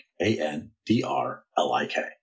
A-N-D-R-L-I-K